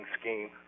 scheme